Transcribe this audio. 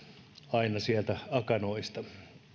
aina sieltä akanoista edustaja